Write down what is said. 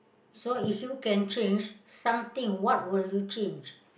so if you can change something what will you change